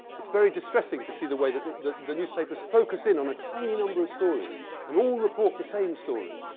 it's very distressing to see the way that the the newspaper's focus in on a tiny number of stories and all report the same stories,